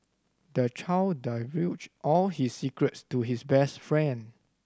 the child divulged all his secrets to his best friend